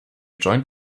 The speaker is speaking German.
joint